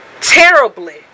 terribly